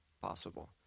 possible